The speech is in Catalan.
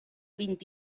vint